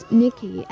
nikki